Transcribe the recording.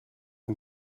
een